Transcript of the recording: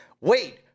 wait